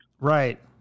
right